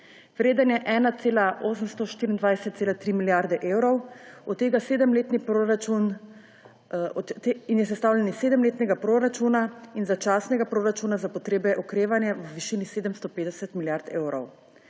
Vreden je 1,824,3 milijarde evrov in je sestavljen iz sedemletnega proračuna in začasnega proračuna za potrebe okrevanja v višini 750 milijard evrov.